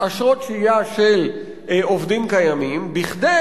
אשרות שהייה של עובדים קיימים כדי